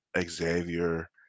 Xavier